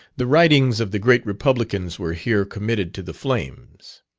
the writings of the great republicans were here committed to the flames.